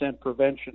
prevention